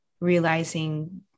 realizing